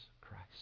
Christ